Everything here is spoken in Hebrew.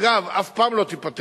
אגב, אף פעם לא תיפתרנה,